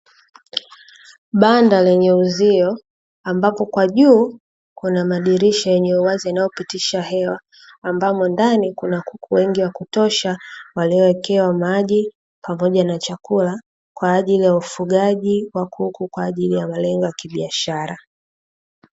Banda lenye uzio ambalo kwa juu linamadirisha yanayopitisha hewa, ambamo ndani kuna kuku wengi wa kutosha waliowekewa maji pamoja na chakula kwajili ya ufugaji wa kuku kwajili ya malengo ya kibiashara.